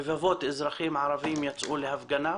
רבבות אזרחים ערבים יצאו להפגנה.